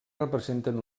representen